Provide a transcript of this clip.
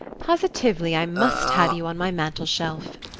positively, i must have you on my mantel-shelf!